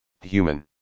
human